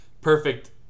perfect